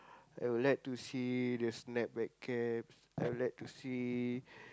I would like to see the snapback cap I would like to see